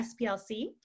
SPLC